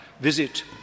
visit